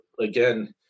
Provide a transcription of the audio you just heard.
again